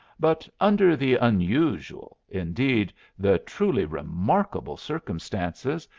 but under the unusual, indeed the truly remarkable, circumstances,